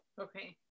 Okay